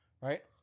Right